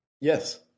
Yes